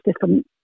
different